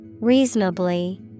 Reasonably